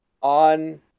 on